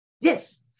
Yes